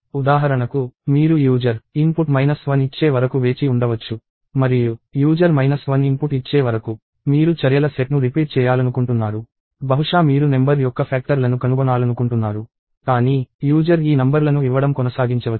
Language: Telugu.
ఉదాహరణకు మీరు వినియోగదారు ఇన్పుట్ మైనస్ 1 ఇచ్చే వరకు వేచి ఉండవచ్చు మరియు యూజర్ మైనస్ 1 ఇన్పుట్ ఇచ్చే వరకు మీరు చర్యల సెట్ను రిపీట్ చేయాలనుకుంటున్నారు బహుశా మీరు నెంబర్ యొక్క ఫ్యాక్టర్ లను కనుగొనాలనుకుంటున్నారు కానీ యూజర్ ఈ నంబర్లను ఇవ్వడం కొనసాగించవచ్చు